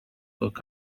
look